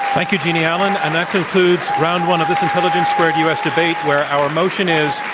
thank you, jeanne allen. and that concludes round one of this intelligence squared u. s. debate where our motion is,